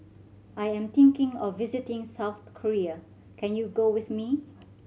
I am thinking of visiting South Korea can you go with me